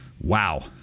Wow